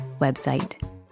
website